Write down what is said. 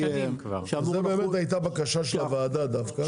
זו באמת הייתה בקשה של הוועדה דווקא.